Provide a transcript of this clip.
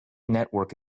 network